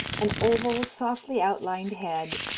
an oval, softly outlined head,